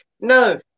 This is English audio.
No